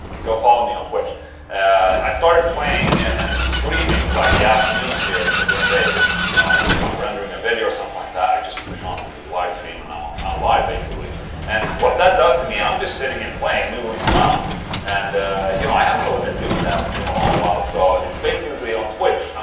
go follow me on twitch i started playing and streaming like the afternoons here during the day if you know, if i'm rendering a video or something like that i just push on the live stream and i'm on. i'm live basically and what that does to me, i'm just sitting and playing, noodling around and you know, i haven't really been doing that in a long while. so it's basically. on twitch,